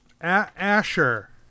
Asher